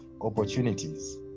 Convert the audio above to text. opportunities